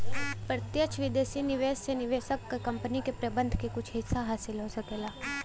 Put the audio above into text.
प्रत्यक्ष विदेशी निवेश से निवेशक क कंपनी के प्रबंधन क कुछ हिस्सा हासिल हो सकला